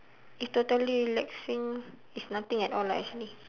if totally relaxing it's nothing at all ah actually